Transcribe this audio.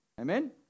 Amen